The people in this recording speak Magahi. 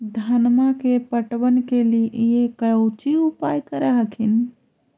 धनमा के पटबन के लिये कौची उपाय कर हखिन?